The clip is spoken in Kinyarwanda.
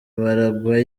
barangwa